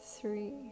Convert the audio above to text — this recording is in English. three